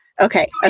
Okay